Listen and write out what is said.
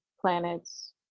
planets